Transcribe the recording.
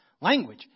language